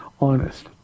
honest